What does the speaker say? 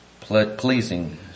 pleasing